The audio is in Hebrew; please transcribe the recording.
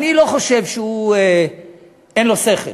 אני לא חושב שאין לו שכל.